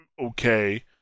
okay